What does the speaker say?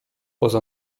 poza